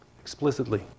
explicitly